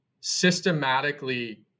systematically